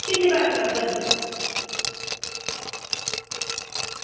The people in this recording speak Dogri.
किन्ने पैसे लग्गङन